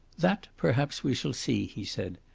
that perhaps we shall see, he said.